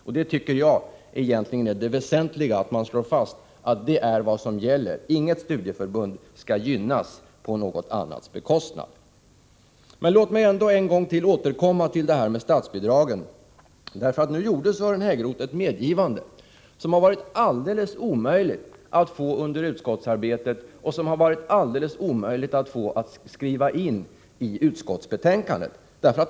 Jag tycker att det väsentliga är att man slår fast att det är vad som gäller — inget studieförbund skall gynnas på något annats bekostnad. Men låt mig ändå en gång till få återkomma till frågan om statsbidragen. Nu gjorde Sören Häggroth ett medgivande, som det varit alldeles omöjligt att få under utskottsarbetet och som det varit alldeles omöjligt att få inskrivet i utskottsbetänkandet.